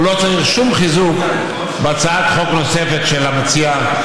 הוא לא צריך שום חיזוק בהצעת חוק נוספת של המציע,